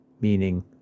meaning